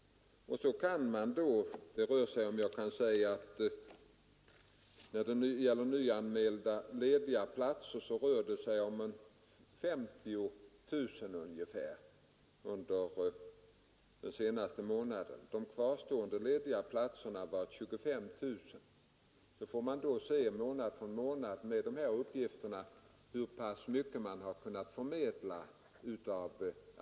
Den senaste månaden rörde sig antalet nyanmälda lediga platser om ungefär 50 000, och de kvarstående lediga platserna var 25 000. Man kan alltså se månad för månad hur pass mycket arbetskraft som förmedlas.